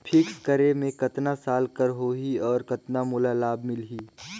Fixed करे मे कतना साल कर हो ही और कतना मोला लाभ मिल ही?